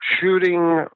shooting